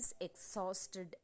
exhausted